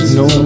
no